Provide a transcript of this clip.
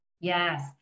Yes